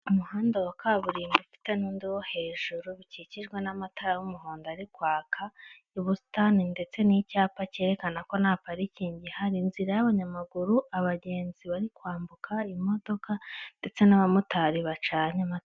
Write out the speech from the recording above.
Umuhanda wa kaburimbo ufite n'undi wo hejuru bikikijwe n'amatara y'umuhondo ari kwaka, ubusitani ndetse n'icyapa cyerekana ko nta parikingi, ihari inzira y'abanyamaguru abagenzi, bari kwambuka, imodoka ndetse n'abamotari bacanye amatara.